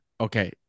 Okay